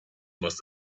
must